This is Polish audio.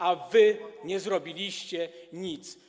A wy nie zrobiliście nic.